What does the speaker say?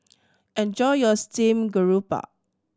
enjoy your steamed garoupa